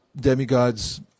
demigods